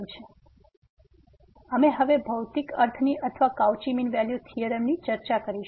તેથી અમે હવે ભૌમિતિક અર્થની અથવા કાઉચી મીન વેલ્યુ થીયોરમ ની ચર્ચા કરીશું